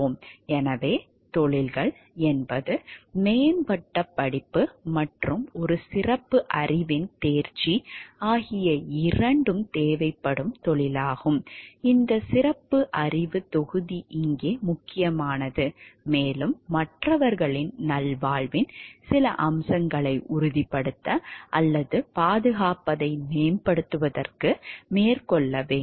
எனவே தொழில்கள் என்பது மேம்பட்ட படிப்பு மற்றும் ஒரு சிறப்பு அறிவின் தேர்ச்சி ஆகிய இரண்டும் தேவைப்படும் தொழில்களாகும் இந்த சிறப்பு அறிவுத் தொகுதி இங்கே முக்கியமானது மேலும் மற்றவர்களின் நல்வாழ்வின் சில அம்சங்களை உறுதிப்படுத்த அல்லது பாதுகாப்பதை மேம்படுத்துவதற்கு மேற்கொள்ள வேண்டும்